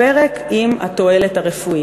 לפרק עם התועלת הרפואית.